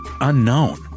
unknown